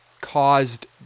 caused